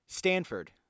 Stanford